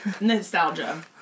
Nostalgia